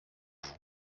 vous